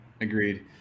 Agreed